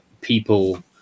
people